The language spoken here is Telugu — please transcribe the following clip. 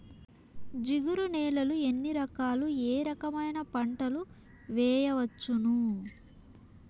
జిగురు నేలలు ఎన్ని రకాలు ఏ రకమైన పంటలు వేయవచ్చును?